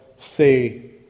say